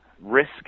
risk